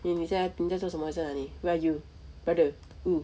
你你现在你在做什么你现在在哪里 where are you brother oh